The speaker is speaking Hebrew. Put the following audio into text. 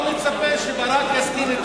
אני לא מצפה שברק יסכים אתי,